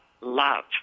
love